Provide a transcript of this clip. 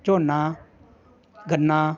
ਝੋਨਾ ਗੰਨਾ